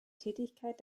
tätigkeit